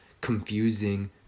confusing